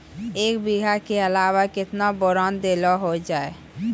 एक बीघा के अलावा केतना बोरान देलो हो जाए?